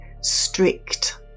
strict